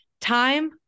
time